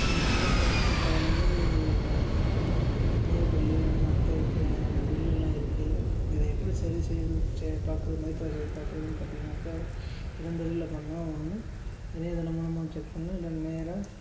என் பேரில் இருக்க பல நிலுவையில் உள்ள கட்டணம் நீர் பில்லு மற்ற இப்போ பில்லுலாம் இருக்குது இதை எப்படி சரி செய்கிறது சரி பார்க்கறது மாதிரி இப்போ சரி பார்க்கறதுன்னு பார்த்திங்கனாக்கா இரண்டு வழில பண்ணலாம் ஒன்று இணையதளம் மூலமாக செக் பண்ணலாம் இல்லை நேராக